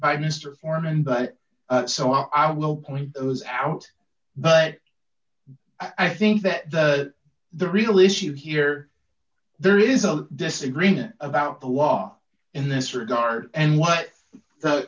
by mr foreman but so i will point those out but i think that the the real issue here there is a disagreement about the law in this regard and what the